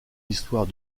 histoire